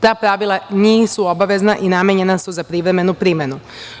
Ta pravila nisu obavezna i namenjena su za privremenu primenu.